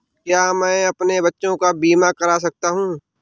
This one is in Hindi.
क्या मैं अपने बच्चों का बीमा करा सकता हूँ?